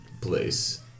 place